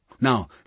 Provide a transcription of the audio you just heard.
Now